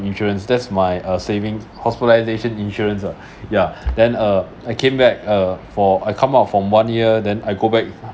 insurance that's my uh saving hospitalisation insurance ah ya then uh I came back uh for I come out from one year then I go back